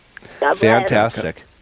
Fantastic